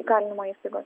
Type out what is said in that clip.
įkalinimo įstaigoje